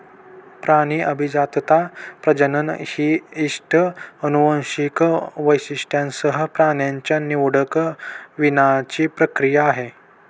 प्राणी अभिजातता, प्रजनन ही इष्ट अनुवांशिक वैशिष्ट्यांसह प्राण्यांच्या निवडक वीणाची प्रक्रिया आहे